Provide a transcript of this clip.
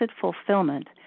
fulfillment